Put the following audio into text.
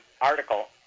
article